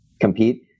compete